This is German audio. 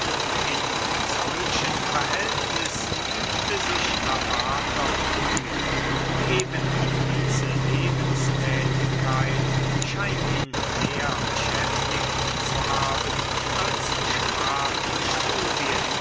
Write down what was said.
in solchen verhältnissen übte sich lavater früh und eben diese lebenstätigkeit scheint ihn mehr beschäftigt zu haben als sprachstudien